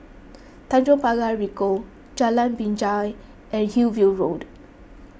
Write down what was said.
Tanjong Pagar Ricoh Jalan Binjai and Hillview Road